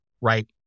right